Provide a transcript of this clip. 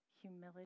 humility